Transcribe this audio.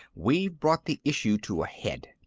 we've brought the issue to a head.